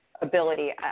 ability